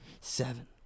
Seven